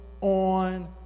on